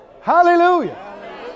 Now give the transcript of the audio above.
Hallelujah